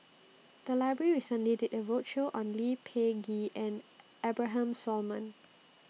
The Library recently did A roadshow on Lee Peh Gee and Abraham Solomon